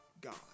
God